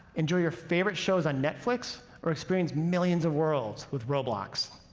enjoy your favorite shows on netflix or experience millions of worlds with roblox.